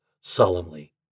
solemnly